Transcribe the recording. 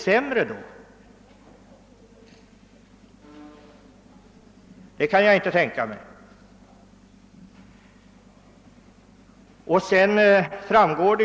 Jag kan inte tänka mig att så blir fallet.